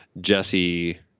Jesse